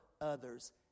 others